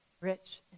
rich